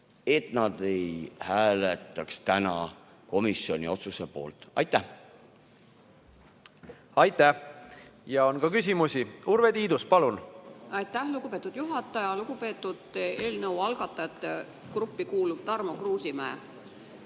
vestluse, ei hääletaks täna komisjoni otsuse poolt. Aitäh! Aitäh! Ja on ka küsimusi. Urve Tiidus, palun! Aitäh, lugupeetud juhataja! Lugupeetud eelnõu algatajate gruppi kuuluv Tarmo Kruusimäe!